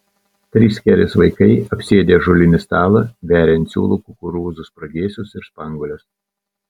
trys kerės vaikai apsėdę ąžuolinį stalą veria ant siūlų kukurūzų spragėsius ir spanguoles